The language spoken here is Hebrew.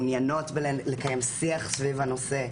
הן מעוניינות לקיים שיח סביב הנושא.